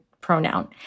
pronoun